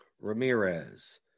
Ramirez